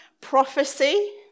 Prophecy